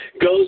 goes